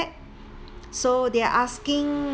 so they're asking